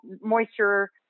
moisture